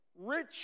rich